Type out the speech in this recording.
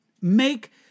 make